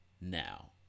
now